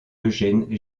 eugène